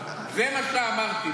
זה מה שאמרתי.